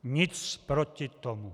Nic proti tomu.